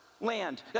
land